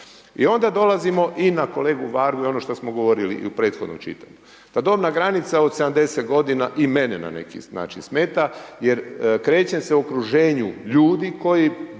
I onda dolazimo i na kolegu Vargu i ono što smo govorili i u prethodnom čitanju. Ta dobna granica od 70 godina i mene na neki način smeta jer krećem se u okruženju ljudi koji